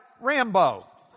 rambo